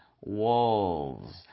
wolves